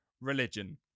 religion